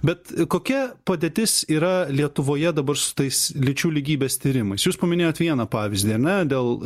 bet kokia padėtis yra lietuvoje dabar su tais lyčių lygybės tyrimais jūs paminėjot vieną pavyzdį ane dėl